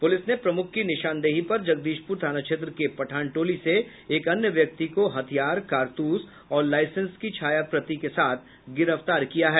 police ने प्रमुख की निशानदेही पर जगदीशपुर थाना क्षेत्र के पठानटोली से एक अन्य व्यक्ति को हथियार कारतूस और लाइसेंस की छाया प्रति के साथ गिरफ्तार किया है